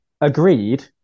Agreed